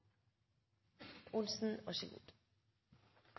– vær så god.